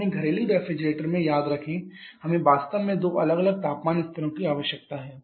अपने घरेलू रेफ्रिजरेटर में याद रखें हमें वास्तव में दो अलग अलग तापमान स्तरों की आवश्यकता है